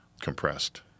compressed